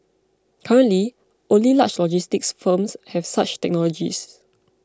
currently only large logistics firms have such technologies